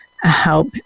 help